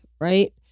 right